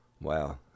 Wow